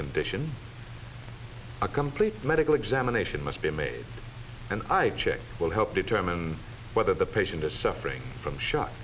condition a complete medical examination must be made and i checked will help determine whether the patient is suffering from sho